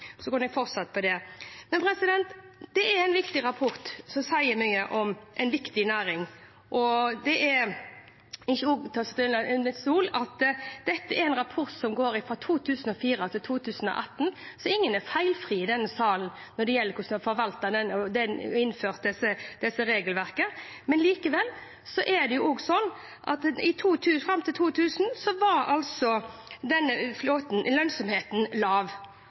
Men dette er en viktig rapport som sier mye om en viktig næring. Det er ikke til å stikke under stol at dette er en rapport som gjelder perioden 2004 til 2018, så ingen er feilfrie i denne salen når det gjelder hvordan en har forvaltet dette og innført dette regelverket. Likevel er det sånn at fram til 2000 var lønnsomheten i denne flåten lav.